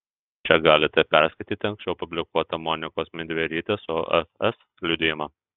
čia galite perskaityti anksčiau publikuotą monikos midverytės ofs liudijimą